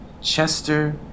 Chester